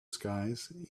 skies